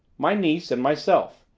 my niece and myself.